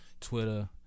Twitter